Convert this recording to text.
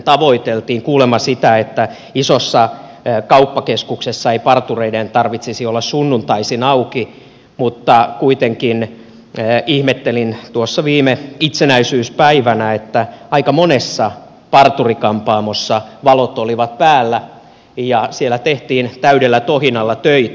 kuulemma sitä että isossa kauppakeskuksessa ei partureiden tarvitsisi olla sunnuntaisin auki mutta kuitenkin ihmettelin tuossa viime itsenäisyyspäivänä että aika monessa parturi kampaamossa valot olivat päällä ja siellä tehtiin täydellä tohinalla töitä